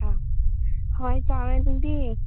ꯑꯥ ꯍꯣꯏ ꯆꯥꯔꯦ ꯅꯪꯗꯤ